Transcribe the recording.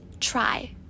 Try